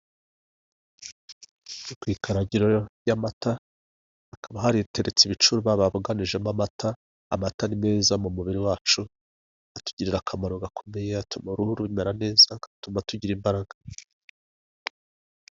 Ku ikaragiro ry'amata hakaba hateretse ibicuba baboganijemo amata, amata ni meza mu mubiri wacu atugirira akamaro gakomeye, atuma uruhu rumera neza agatuma tugira imbaraga.